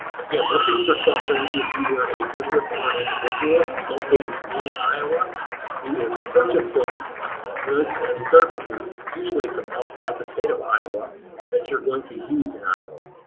again, this is for something if you were a business or an individual located in iowa who is purchasing goods and services usually from outside the state of iowa that you're going to use in iowa.